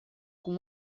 com